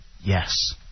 Yes